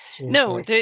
No